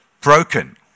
broken